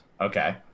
okay